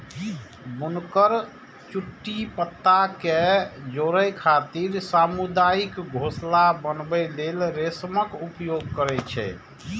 बुनकर चुट्टी पत्ता कें जोड़ै खातिर सामुदायिक घोंसला बनबै लेल रेशमक उपयोग करै छै